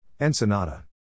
Ensenada